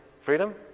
freedom